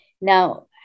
Now